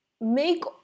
make